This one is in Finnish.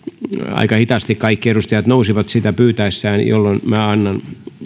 aika hitaasti kaikki edustajat nousivat sitä pyytäessään jolloin minä annan